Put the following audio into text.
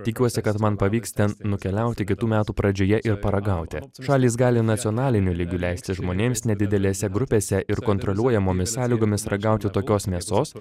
tikiuosi kad man pavyks ten nukeliauti kitų metų pradžioje ir paragauti šalys gali nacionaliniu lygiu leisti žmonėms nedidelėse grupėse ir kontroliuojamomis sąlygomis ragauti tokios mėsos